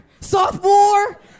Sophomore